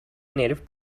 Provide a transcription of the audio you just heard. native